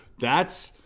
that's